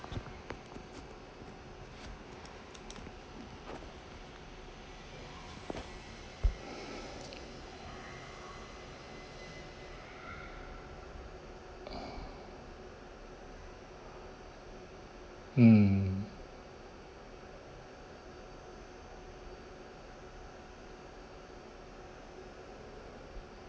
mm